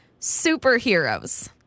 Superheroes